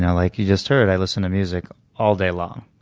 and like you just heard, i listen to music all day long.